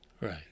Right